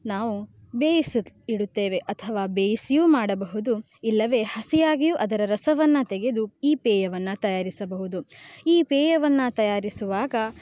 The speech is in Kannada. ನಾವು ಬೇಯಿಸಿ ಇಡುತ್ತೇವೆ ಅಥವಾ ಬೇಯಿಸಿಯೂ ಮಾಡಬಹುದು ಇಲ್ಲವೇ ಹಸಿಯಾಗಿಯೂ ಅದರ ರಸವನ್ನು ತೆಗೆದು ಈ ಪೇಯವನ್ನು ತಯಾರಿಸಬಹುದು ಈ ಪೇಯವನ್ನು ತಯಾರಿಸುವಾಗ